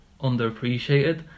underappreciated